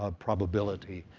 ah probability,